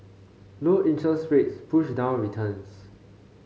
low interest rates push down returns